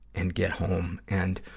and get home. and,